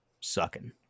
sucking